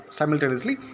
simultaneously